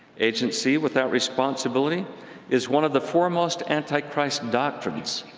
agency without responsibility is one of the foremost anti-christ doctrines,